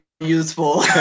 Useful